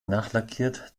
nachlackiert